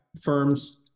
firms